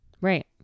right